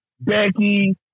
Becky